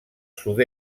sud